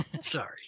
Sorry